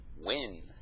Win